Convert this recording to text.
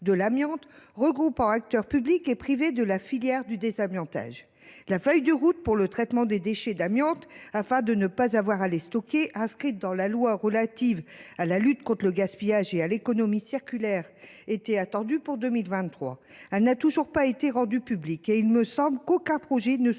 de l’amiante regroupant acteurs publics et privés de la filière du désamiantage. La feuille de route pour le traitement des déchets d’amiante, censée éviter leur stockage et qui avait été inscrite dans la loi relative à la lutte contre le gaspillage et à l’économie circulaire, était attendue pour 2023. Elle n’a toujours pas été rendue publique et il semble qu’aucun projet ne soit